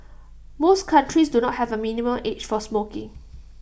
most countries do not have A minimum age for smoking